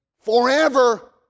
forever